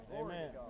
Amen